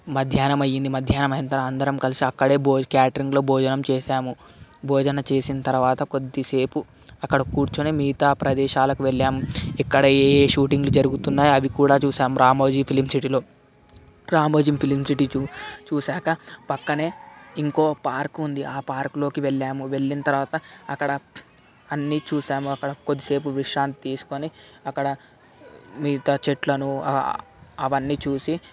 మధ్యాహ్నం అయింది మధ్యాహ్నం అయిన తర్వాత అందరం అక్కడ భోజనం చేసి క్యాటరింగ్లో భోజనం చేసాము భోజనం చేసిన తర్వాత కొద్దిసేపు అక్కడ కూర్చొని మిగతా ప్రదేశాలకు వెళ్ళాము ఇక్కడ ఏ ఏ షూటింగ్లు జరుగుతున్నాయి అవి కూడా చూసాం రామోజీ ఫిలిం సిటీలో రామోజీ ఫిలిం సిటీ చూసి చూశాక పక్కన ఇంకో పార్క్ ఉంది ఆ పార్క్లోకి వెళ్ళాము వెళ్ళిన తర్వాత అక్కడ అన్నీ చూశాము అక్కడ కొద్దిసేపు విశ్రాంతి తీసుకొని అక్కడ మిగతా చెట్లను అవన్నీ చూసి